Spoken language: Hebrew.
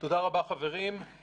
תודה רבה, חברים.